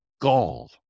gall